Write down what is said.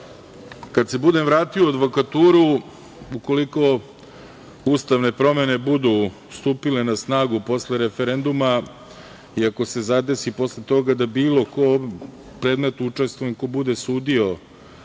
se budem vratio u advokaturu, ukoliko ustavne promene budu stupile na snagu posle referenduma i ako se zadesi posle toga da bilo kom predmetu učestvujem ko bude sudio